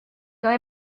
quand